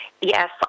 Yes